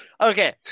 Okay